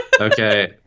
Okay